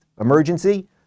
emergency